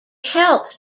helps